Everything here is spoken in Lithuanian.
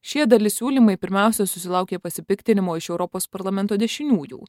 šie dali siūlymai pirmiausia susilaukė pasipiktinimo iš europos parlamento dešiniųjų